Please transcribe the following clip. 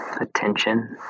Attention